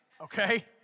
Okay